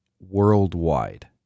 worldwide